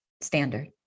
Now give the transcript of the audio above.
standard